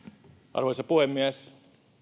arvoisa puhemies